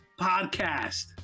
podcast